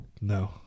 No